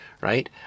right